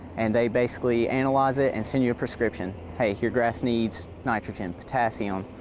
and they basically analyze it and send you a prescription hey, your grass needs nitrogen, potassium,